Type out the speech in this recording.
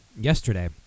yesterday